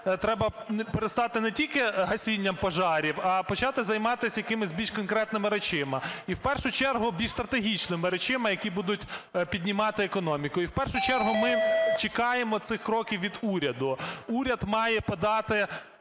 треба перестати не тільки гасінням пожарів, а почати займатися якимись більш конкретними речами, і в першу чергу більш стратегічними речами, які будуть піднімати економіку. І в першу чергу ми чекаємо цих кроків від уряду. Уряд має подати